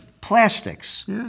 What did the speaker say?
Plastics